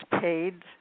paid